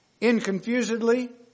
inconfusedly